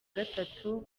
gatatu